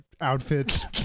Outfits